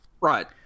Right